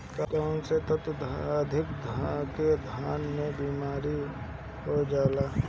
कौन तत्व के अधिकता से धान में कोनची बीमारी हो जाला?